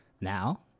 Now